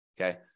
Okay